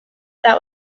that